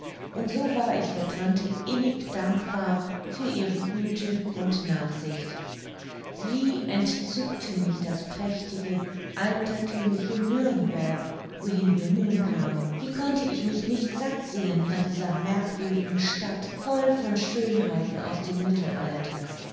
und so war ich der tante innig dankbar für ihre güte und nachsicht wie entzückte mich das prächtige alterthümliche nürnberg wohin wir nun kamen wie konnte ich mich nicht satt sehen an dieser merkwürdigen stadt voll von schönheiten aus dem mittelalter